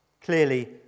Clearly